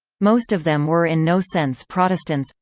most of them were in no sense protestants